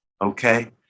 okay